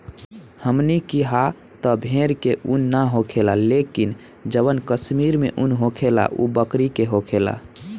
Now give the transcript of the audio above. हमनी किहा त भेड़ के उन ना होखेला लेकिन जवन कश्मीर में उन होखेला उ बकरी के होखेला